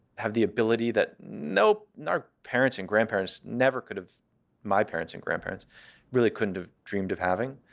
have the ability that nope, our parents and grandparents never could have my parents and grandparents really couldn't have dreamed of having.